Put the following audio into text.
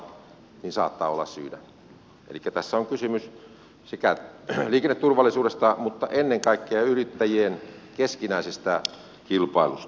elikkä tässä on kysymys liikenneturvallisuudesta mutta ennen kaikkea yrittäjien keskinäisestä kilpailusta